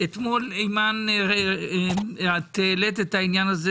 אתמול, אימאן, את העלית את העניין הזה